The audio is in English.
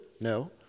No